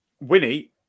Winnie